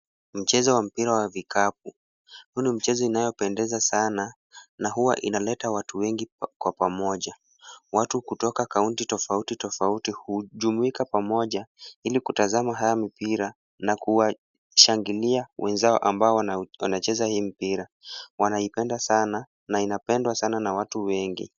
Mchezo wa mpira wa vikapu. Huu ni mchezo inayopendeza sana na huwa inaleta watu wengi kwa pamoja. Watu kutoka kaunti tofauti tofauti hujumuika pamoja ili kutazama haya mipira na kuwashangilia wenzao ambao wanacheza hii mpira. Wanapenda sana na inapendwa sana na watu wengi.